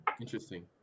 interesting